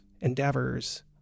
endeavors